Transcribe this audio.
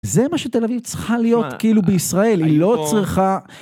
זה מה שתל אביב צריכה להיות כאילו בישראל, היא לא צריכה...